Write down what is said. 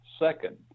Second